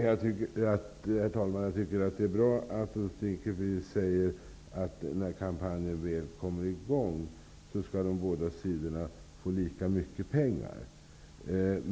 Herr talman! Det är bra att Ulf Dinkelspiel säger att de båda sidorna, när kampanjen väl kommer i gång, skall få lika mycket pengar.